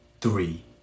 three